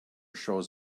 shows